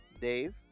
Dave